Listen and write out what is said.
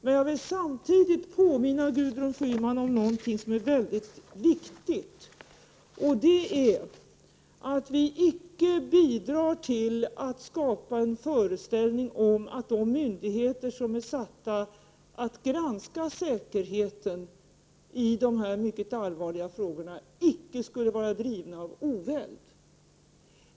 Samtidigt vill jag påminna Gudrun Schyman om någonting som är väldigt viktigt, nämligen att vi icke bidrar till att skapa en föreställning om att de myndigheter som är satta att granska säkerheten i de här mycket allvarliga frågorna icke skulle drivas av oväld.